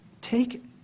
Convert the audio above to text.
Take